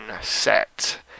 set